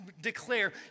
declare